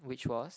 which was